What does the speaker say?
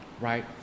right